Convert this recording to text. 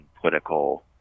political